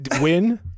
win